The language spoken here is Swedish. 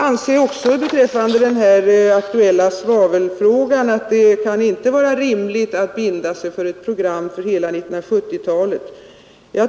Inte heller beträffande den aktuella svavelfrågan anser jag det rimligt att binda sig vid ett program för hela 1970-talet.